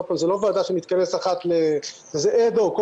זה אד-הוק,